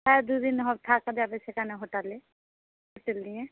হ্যাঁ দু দিন হো থাকা যাবে সেখানে হোটেলে হোটেল নিয়ে